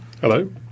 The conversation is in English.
Hello